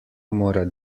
mora